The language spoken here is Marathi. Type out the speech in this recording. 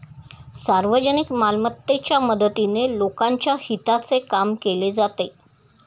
सार्वजनिक मालमत्तेच्या मदतीने लोकांच्या हिताचे काम केले जाते